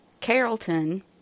Carrollton